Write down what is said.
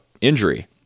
injury